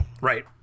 Right